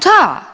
Da.